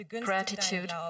Gratitude